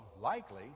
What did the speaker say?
likely